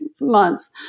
months